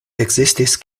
ekzistis